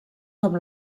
com